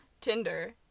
Tinder